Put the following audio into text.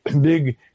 big